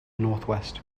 northwest